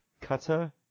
cutter